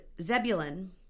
Zebulun